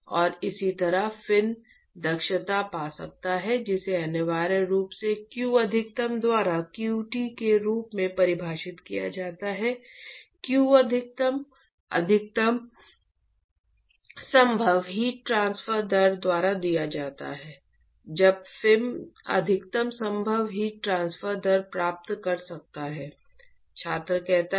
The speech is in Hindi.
और इसी तरह फिन दक्षता पा सकता है जिसे अनिवार्य रूप से q अधिकतम द्वारा qt के रूप में परिभाषित किया जाता है q अधिकतम अधिकतम संभव हीट ट्रांसफर दर द्वारा दिया जाता है जब फिन अधिकतम संभव हीट ट्रांसफर दर प्राप्त कर सकता है